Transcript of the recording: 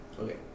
Okay